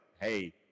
hey